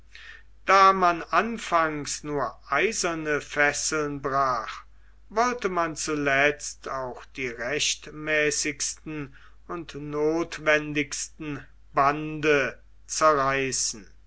da man anfangs nur eiserne fesseln brach wollte man zusetzt auch die rechtmäßigsten und notwendigsten bande zerreißen